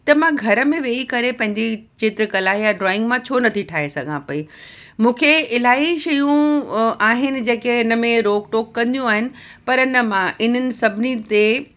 त मां घर में वेही करे पंहिंजी चित्रकला यां ड्रॉइंग मां छो नथी ठाहे सघां पई मूंखे इलाही शयूं आहिनि जेके हिन में रोक टोक कंदियूं आहिनि पर न मां हिननि सभिनी ते